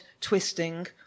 twisting